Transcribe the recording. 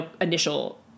initial